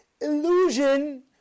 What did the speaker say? illusion